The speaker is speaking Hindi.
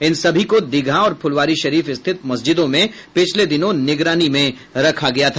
इन सभी को दीघा और फुलवारीशरीफ स्थित मस्जिदों में पिछले दिनों निगरानी में रखा गया था